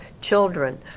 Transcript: children